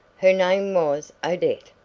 her name was odette.